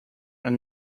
are